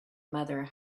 mother